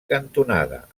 cantonada